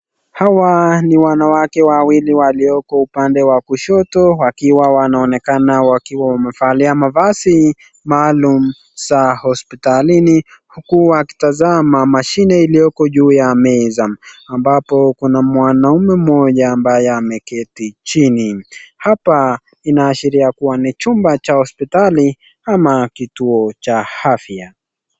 Hawa ni wanawake wawili walioko upande wa kishoto wakiwa wanaoneka wakiwa wamevalia mavazi maalum za hospitalini huku wakitazama mashini ilioko juu ya meza ambapo kuna mwanaume mmoja ambaye amekiti chini, Hapa inaashiria kuwa ni chumba cha hospitali ama kituo cha afya.